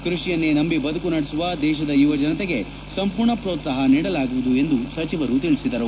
ಕೃಷಿಯನ್ನೇ ನಂಬಿ ಬದುಕು ನಡೆಸುವ ದೇಶದ ಯುವಜನತೆಗೆ ಸಂಪೂರ್ಣ ಪ್ರೋತ್ಸಾಪ ನೀಡಲಾಗುವುದು ಎಂದು ಸಚಿವರು ಹೇಳಿದರು